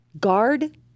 guard